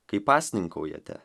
kai pasninkaujate